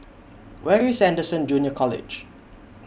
Where IS Anderson Junior College